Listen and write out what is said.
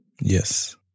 Yes